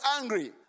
angry